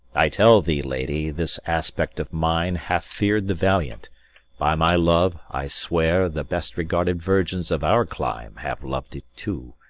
i tell thee, lady, this aspect of mine hath fear'd the valiant by my love, i swear the best-regarded virgins of our clime have lov'd it too.